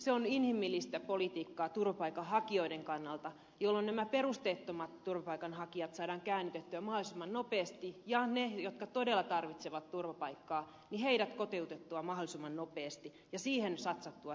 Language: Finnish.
se on inhimillistä politiikkaa turvapaikanhakijoiden kannalta jolloin nämä perusteettomat turvapaikanhakijat saadaan käännytettyä mahdollisimman nopeasti ja ne jotka todella tarvitsevat turvapaikkaa saadaan kotoutettua mahdollisimman nopeasti ja siihen satsattua resursseja